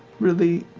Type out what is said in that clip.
really,